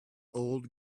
old